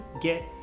get